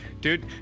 dude